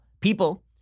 people